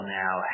now